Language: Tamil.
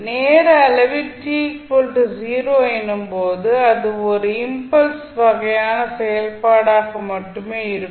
நேர அளவில் t 0 எனும் போது அது ஒரு இம்பல்ஸ் வகையான செயல்பாடாக மட்டுமே இருக்கும்